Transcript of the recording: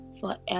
forever